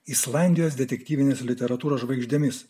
islandijos detektyvinės literatūros žvaigždėmis